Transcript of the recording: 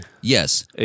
Yes